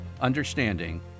understanding